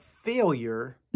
failure